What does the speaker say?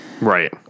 Right